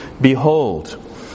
behold